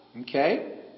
okay